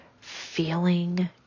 Feeling